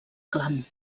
clan